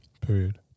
period